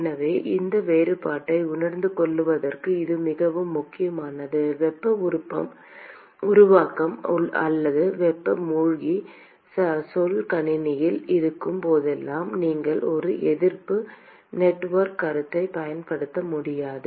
எனவே இந்த வேறுபாட்டை உணர்ந்துகொள்வதற்கு இது மிகவும் முக்கியமானது வெப்ப உருவாக்கம் அல்லது வெப்ப மூழ்கிச் சொல் கணினியில் இருக்கும் போதெல்லாம் நீங்கள் ஒரு எதிர்ப்பு நெட்வொர்க் கருத்தைப் பயன்படுத்த முடியாது